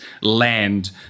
land